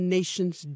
Nations